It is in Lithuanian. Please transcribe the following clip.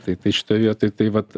tai tai šitoj vietoj tai vat